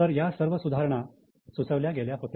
तर या सर्व सुधारणा सुचवल्या गेल्या होत्या